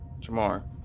Jamar